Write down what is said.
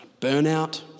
burnout